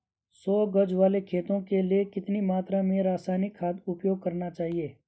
सौ गज वाले खेत के लिए कितनी मात्रा में रासायनिक खाद उपयोग करना चाहिए?